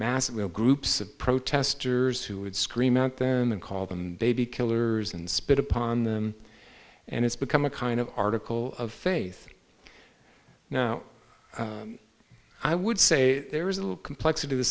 massive will groups of protesters who would scream at them and call them baby killers and spit upon them and it's become a kind of article of faith now i would say there is a little complexity the